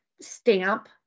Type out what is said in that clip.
stamp